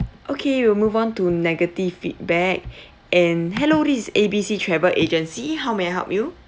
okay we'll move on to negative feedback and hello this is A B C travel agency how may I help you